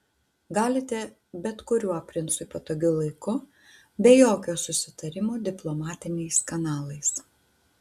galite bet kuriuo princui patogiu laiku be jokio susitarimo diplomatiniais kanalais